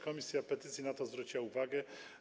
Komisja petycji na to zwróciła uwagę.